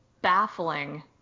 baffling